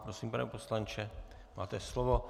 Prosím, pane poslanče, máte slovo.